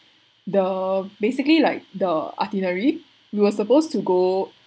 the basically like the itinerary we were supposed to go